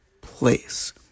place